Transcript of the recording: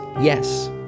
yes